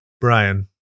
Brian